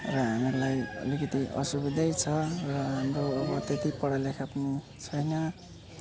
र हामीहरूलाई अलिकति असुविधा छ र हाम्रो यता त्यति पढा लेखा पनि छैन